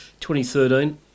2013